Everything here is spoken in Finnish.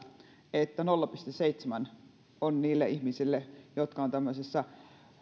että nolla pilkku seitsemän on niille ihmisille jotka ovat tämmöisessä